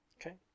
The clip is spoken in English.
Okay